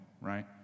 right